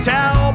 Tell